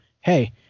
Hey